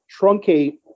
truncate